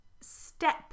step